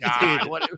God